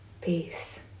Peace